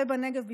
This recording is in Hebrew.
ובנגב בפרט,